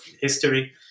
history